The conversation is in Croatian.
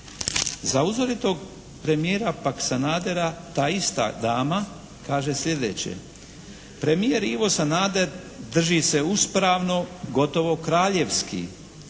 Za uzoritog premijera pak Sanadera ta ista dama kaže sljedeće: "Premijer Ivo Sanader drži se uspravno, gotovo kraljevski,